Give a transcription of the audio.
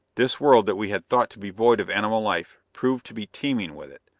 this world that we had thought to be void of animal life, proved to be teeming with it.